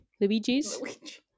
Luigi's